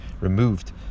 removed